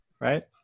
right